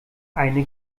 eine